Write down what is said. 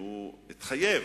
ומשרד האוצר.